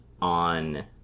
on